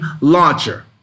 launcher